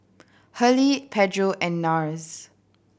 Hurley Pedro and Nars